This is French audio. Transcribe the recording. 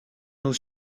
nous